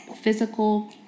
physical